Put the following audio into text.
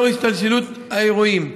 לנוכח השתלשלות האירועים,